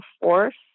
force